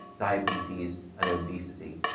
diabetes, and obesity.